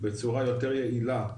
בצורה יותר יעילה,